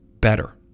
better